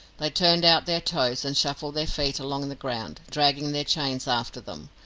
they turned out their toes, and shuffled their feet along the ground, dragging their chains after them.